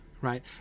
right